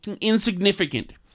insignificant